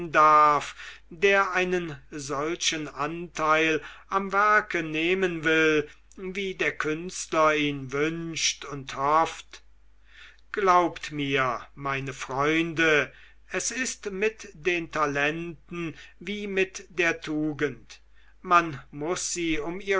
darf der einen solchen anteil am werke nehmen will wie der künstler ihn wünscht und hofft glaubt mir meine freunde es ist mit den talenten wie mit der tugend man muß sie um